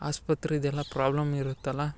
ಆಸ್ಪತ್ರೆದೆಲ್ಲ problem ಇರುತ್ತಲ್ಲ